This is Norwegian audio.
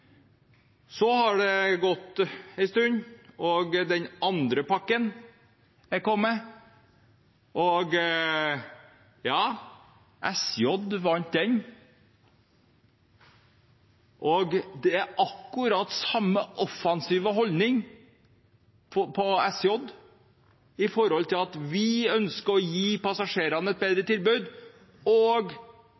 gått en stund, og den andre pakken har kommet. SJ vant anbudet, og det er akkurat den samme offensive holdningen fra SJ, ved at de ønsker å gi passasjerene et bedre